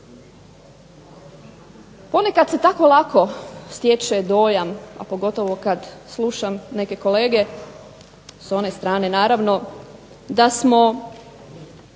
Ponekad se tako lako stječe dojam, a pogotovo kad slušam neke kolege s one strane naravno da smo